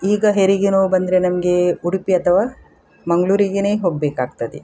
ಈಗ ಹೆರಿಗೆ ನೋವು ಬಂದರೆ ನಮಗೆ ಉಡುಪಿ ಅಥವಾ ಮಂಗಳೂರಿಗೆನೇ ಹೋಗಬೇಕಾಗ್ತದೆ